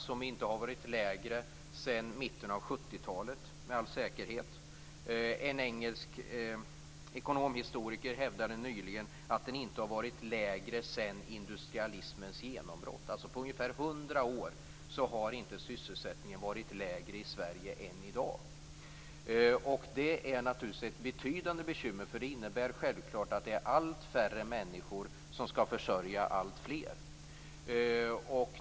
Den har inte varit lägre sedan mitten av 70-talet. En engelsk ekonom-historiker hävdade nyligen att den inte har varit lägre sedan industrialismens genombrott. På ungefär hundra år har sysselsättningen inte varit lägre än i dag. Det är naturligtvis ett betydande bekymmer. Det innebär att allt färre människor skall försörja alltfler.